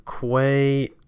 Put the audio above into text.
Quay –